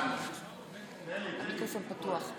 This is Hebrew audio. בעד מיכאל מרדכי